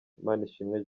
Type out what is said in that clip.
manishimwe